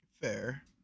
fair